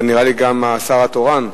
אתה נראה לי גם השר התורן.